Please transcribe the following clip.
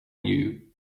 you